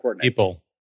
people